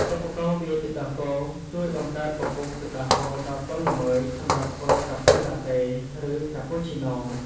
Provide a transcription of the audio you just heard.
ឧបករណ៍វាយទឹកដោះគោ ជួយបង្កើតពពុះទឹកដោះគោដ៏ទន់ល្មើយសម្រាប់ធ្វើកាហ្វេឡាតេ ឬកាពូឈីណូ។